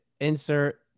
insert